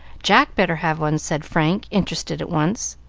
jack better have one, said frank, interested at once.